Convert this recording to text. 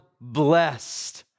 blessed